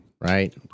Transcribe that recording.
Right